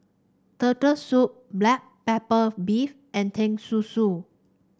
Turtle Soup Black Pepper Beef and Teh Susu